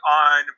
on